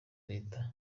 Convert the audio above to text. leta